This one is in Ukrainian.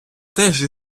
теж